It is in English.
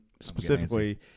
specifically